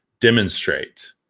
demonstrate